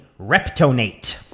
Reptonate